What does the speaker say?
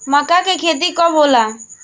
मक्का के खेती कब होला?